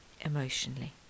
emotionally